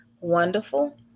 wonderful